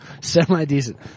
Semi-decent